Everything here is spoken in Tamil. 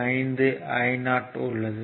5 Io உள்ளது